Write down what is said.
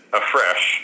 afresh